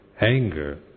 anger